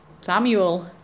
Samuel